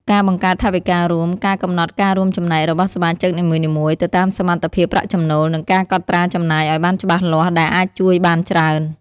ការបង្កើតថវិការួម ការកំណត់ការរួមចំណែករបស់សមាជិកនីមួយៗទៅតាមសមត្ថភាពប្រាក់ចំណូល និងការកត់ត្រាចំណាយឲ្យបានច្បាស់លាស់ ដែលអាចជួយបានច្រើន។